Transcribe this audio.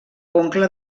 oncle